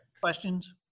Questions